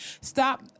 Stop